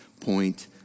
point